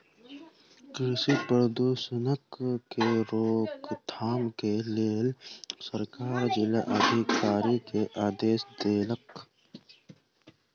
कृषि प्रदूषणक के रोकथाम के लेल सरकार जिला अधिकारी के आदेश देलक